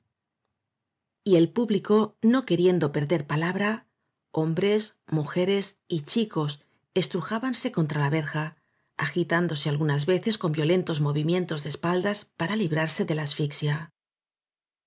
el publico no queriendo perder palabra hombres mujeres y chicos estrujábanse contra la verja agitándose algunas veces con violentos movimientos de espaldas para librarse de la asfixia